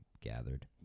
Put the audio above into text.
gathered